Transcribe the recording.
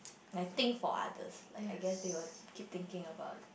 I think for others like I guess they will keep thinking about